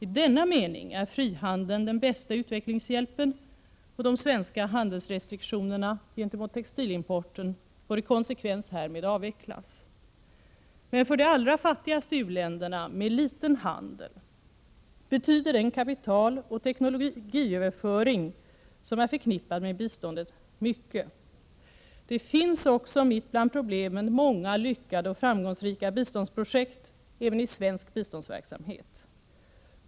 I denna mening är frihandeln den bästa utvecklingshjälpen, och de svenska handelsrestriktionerna gentemot textilimporten bör i konsekvens härmed avvecklas. Men för de allra fattigaste u-länderna med liten handel betyder den kapitaloch teknologiöverföring som är förknippad med biståndet mycket. Det finns också, mitt bland problemen, många lyckade och framgångsrika biståndsprojekt även i svensk biståndsverksamhet.